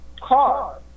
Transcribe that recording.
car